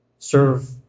serve